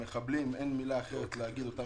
מחבלים אין מילה אחרת לקרוא לאותם